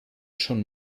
schon